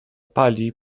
pali